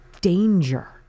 danger